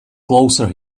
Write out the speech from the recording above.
closer